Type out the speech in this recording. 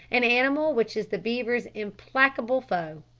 an animal which is the beaver's implacable foe.